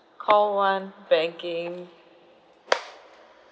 call one banking